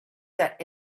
that